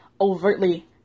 overtly